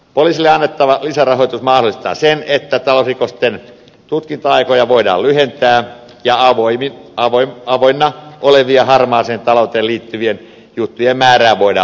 poliisille annettava lisärahoitus mahdollistaa sen että talousrikosten tutkinta aikoja voidaan lyhentää ja avoinna olevien harmaaseen talouteen liittyvien juttujen määrää voidaan vähentää